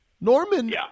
Norman